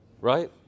Right